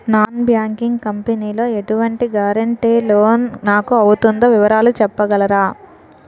Non banking company లో ఎటువంటి guarantee loan నాకు అవుతుందో వివరాలు చెప్పగలరా?